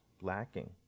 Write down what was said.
lacking